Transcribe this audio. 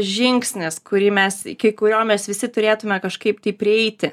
žingsnis kurį mes iki kurio mes visi turėtume kažkaip tai prieiti